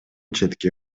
четке